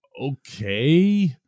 okay